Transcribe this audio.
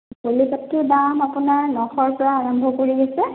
পলি পাটটোৰ দাম আপোনাৰ নশৰ পৰা আৰম্ভ কৰি হৈছে